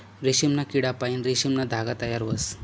रेशीमना किडापाईन रेशीमना धागा तयार व्हस